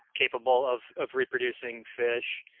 capable of of reproducing fish.